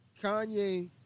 Kanye